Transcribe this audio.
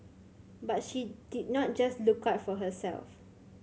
but she did not just look out for herself